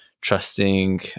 trusting